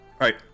right